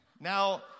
Now